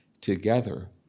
together